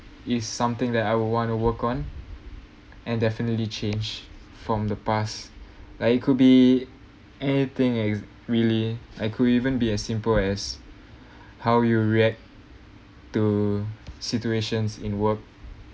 is something that I would want to work on and definitely change from the past like it could be anything is really like could even be a simple as how you react to situations in work